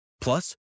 Plus